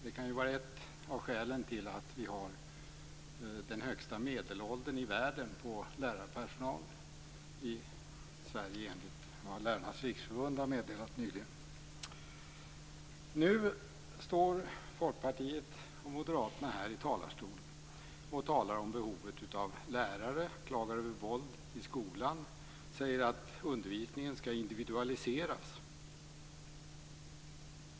Det kan vara ett av skälen till att vi i Sverige har den högsta medelåldern på lärarpersonal i världen enligt vad Lärarnas riksförbund nyligen har meddelat. Nu står Folkpartiet och Moderaterna här i talarstolen och talar om behovet av lärare. De klagar över våld i skolan. De säger att undervisningen skall individualiseras.